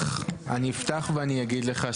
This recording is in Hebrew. יעמוד במילתו; הבטחות כמו חול ואין מה לאכול.